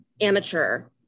amateur